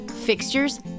Fixtures